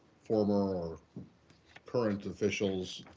former or current officials,